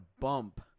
bump